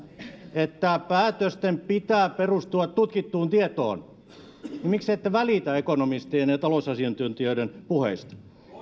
että päätösten pitää perustua tutkittuun tietoon niin miksi ette välitä ekonomistien ja talousasiantuntijoiden puheista